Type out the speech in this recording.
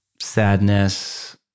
sadness